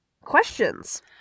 Questions